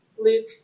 Luke